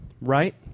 right